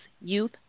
youth